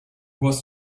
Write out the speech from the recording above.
was